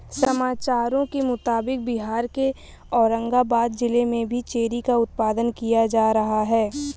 समाचारों के मुताबिक बिहार के औरंगाबाद जिला में भी चेरी का उत्पादन किया जा रहा है